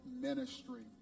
ministry